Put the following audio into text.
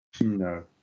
No